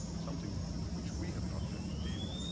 something with which we have not had to deal.